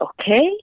okay